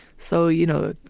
so you know,